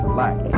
Relax